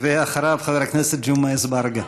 אחריו, חבר הכנסת ג'מעה אזברגה.